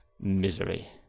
Misery